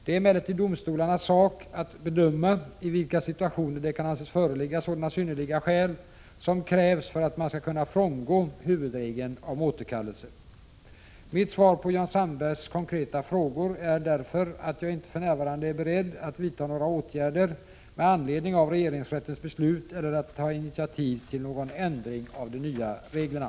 Det är emellertid domstolarnas sak att bedöma i vilka situationer det kan anses föreligga sådana synnerliga skäl som krävs för att man skall kunna frångå huvudregeln om återkallelse. Mitt svar på Jan Sandbergs konkreta frågor är därför att jag inte för närvarande är beredd att vidta några åtgärder med anledning av regeringsrättens beslut eller att ta initiativ till någon ändring av de nya reglerna.